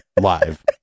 live